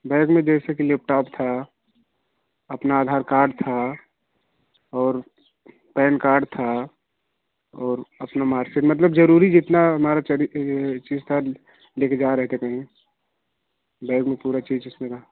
bag में जैसे कि लैपटॉप था अपना आधार कार्ड था और पैन कार्ड था और अपना मार्कशीट मतलब जरूरी जितना हमारा ची चीज था लेके जा रहे थे कही बैग में पूरा चीज इसमें था